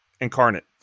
Incarnate